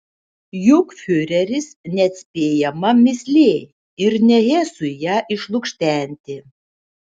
juk fiureris neatspėjama mįslė ir ne hesui ją išlukštenti